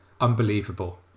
unbelievable